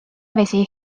vesi